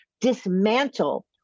dismantle